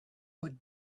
would